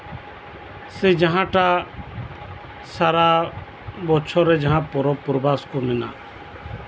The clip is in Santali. ᱥᱮ ᱡᱟᱸᱦᱟᱴᱟᱜ ᱥᱟᱨᱟᱵᱚᱪᱷᱚᱨᱨᱮ ᱡᱟᱸᱦᱟ ᱯᱚᱨᱚᱵᱽ ᱯᱚᱨᱵᱷᱟᱥ ᱠᱚ ᱢᱮᱱᱟᱜ